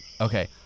okay